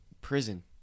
prison